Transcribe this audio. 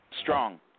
Strong